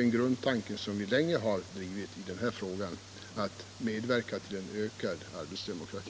en grundtanke vi länge drivit i den här frågan, nämligen att medverka till ökad arbetsdemokrati.